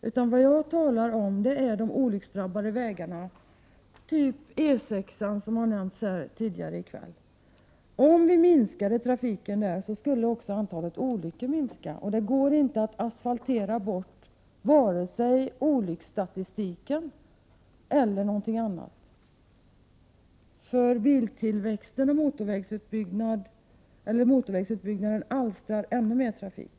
Det jag talar om är de olycksdrabbade vägarna, exempelvis E 6-an som tidigare nämnts här i kväll. Om vi minskade trafiken på dessa vägar, skulle också antalet olyckor minska. Det går inte att asfaltera bort vare sig olycksstatistiken eller någonting annat. Motorvägsutbyggnad alstrar ännu mer trafik.